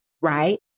right